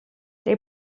they